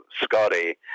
Scotty